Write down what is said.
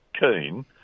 keen